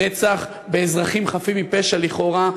רצח באזרחים חפים מפשע לכאורה,